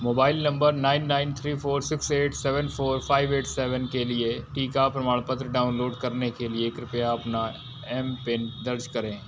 mobile number nine nine three four six eight seven four five eight seven के लिए टीका प्रमाणपत्र download करने के लिए कृपया अपना एम पिन दर्ज करें